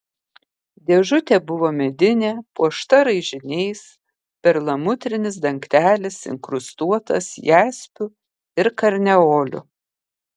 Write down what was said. dėžutė buvo medinė puošta raižiniais perlamutrinis dangtelis inkrustuotas jaspiu ir karneoliu